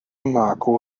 marco